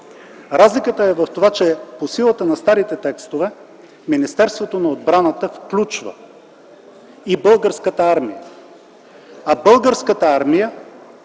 разликата? Тя е в това, че по силата на старите текстове Министерството на отбраната включва и Българската армия. Българската армия